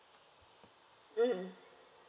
mm